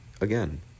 again